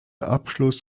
abschluss